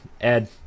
Ed